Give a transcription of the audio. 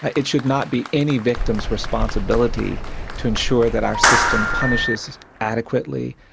it should not be any victim's responsibility to ensure that our system punishes adequately,